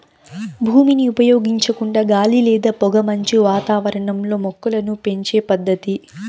భూమిని ఉపయోగించకుండా గాలి లేదా పొగమంచు వాతావరణంలో మొక్కలను పెంచే పద్దతి